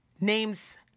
Names